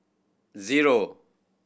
zero